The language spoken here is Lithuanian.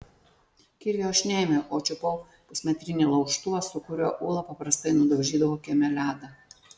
kirvio aš neėmiau o čiupau pusmetrinį laužtuvą su kuriuo ula paprastai nudaužydavo kieme ledą